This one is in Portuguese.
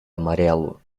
amarelo